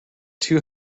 too